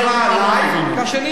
כבוד השר,